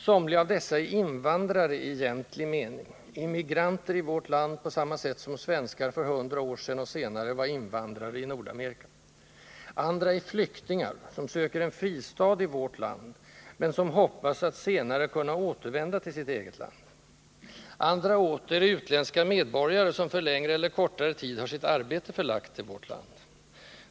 Somliga av dessa är invandrare i egentlig mening: de är immigranter i vårt land på samma sätt som svenskar för 100 år sedan och senare var invandrare i Nordamerika. Andra är flyktingar, som söker en fristad i vårt land, men som hoppas att senare kunna återvända till sitt eget land. Andra åter är utländska medborgare, som för längre eller kortare tid har sitt arbete förlagt till vårt land.